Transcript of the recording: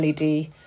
led